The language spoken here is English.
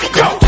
go